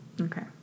Okay